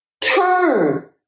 turn